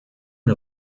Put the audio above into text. one